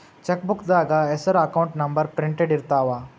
ಚೆಕ್ಬೂಕ್ದಾಗ ಹೆಸರ account number printed ಇರ್ತಾವ